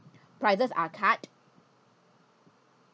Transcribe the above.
prices are cut